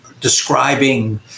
describing